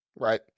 right